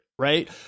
right